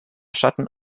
schatten